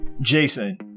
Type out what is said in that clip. Jason